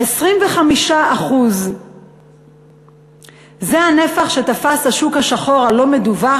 25% זה הנפח שתפס השוק השחור הלא-מדווח